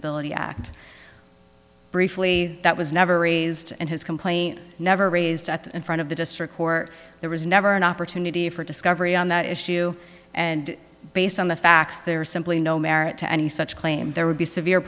disability act briefly that was never raised and his complaint never raised in front of the district court there was never an opportunity for discovery on that issue and based on the facts there is simply no merit to any such claim there would be severe